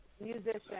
musician